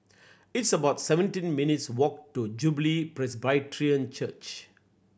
it's about seventeen minutes' walk to Jubilee Presbyterian Church